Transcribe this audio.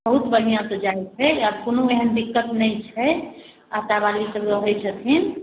बहुत बढ़िआँसँ जाइत छै आब कोनो एहेन दिक्कत नहि छै आशावाली सभ रहैत छथिन